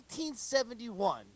1971